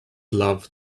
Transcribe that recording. love